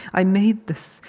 i made this,